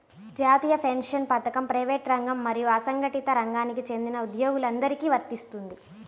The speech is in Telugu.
జాతీయ పెన్షన్ పథకం ప్రైవేటు రంగం మరియు అసంఘటిత రంగానికి చెందిన ఉద్యోగులందరికీ వర్తిస్తుంది